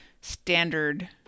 standard